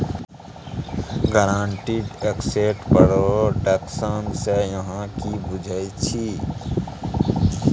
guaranteed asset production सँ अहाँ कि बुझै छी